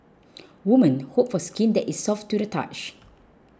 women hope for skin that is soft to the touch